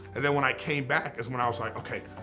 and then when i came back is when i was like, okay,